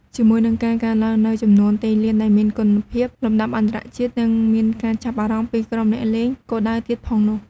ជាមួយនឹងការកើនឡើងនូវចំនួនទីលានដែលមានគុណភាពលំដាប់អន្តរជាតិ និងមានការចាប់អារម្មណ៍ពីក្រុមអ្នកលេងគោលដៅទៀតផងនោះ។